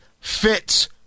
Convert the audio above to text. fits